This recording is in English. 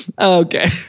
Okay